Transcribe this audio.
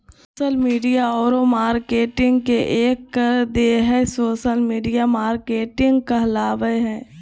social media औरो marketing के एक कर देह हइ सोशल मिडिया मार्केटिंग कहाबय हइ